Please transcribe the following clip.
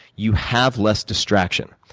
you have less distraction.